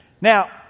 Now